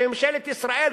שממשלת ישראל,